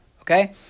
Okay